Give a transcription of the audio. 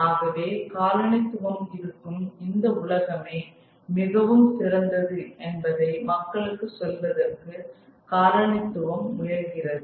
ஆகவே காலனித்துவம் இருக்கும் இந்த உலகமே மிகவும் சிறந்தது என்பதை மக்களுக்கு சொல்வதற்கு காலனித்துவம் முயல்கிறது